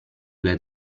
due